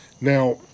now